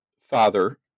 father